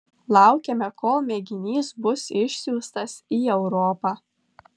laukiame kol mėginys bus išsiųstas į europą